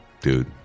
dude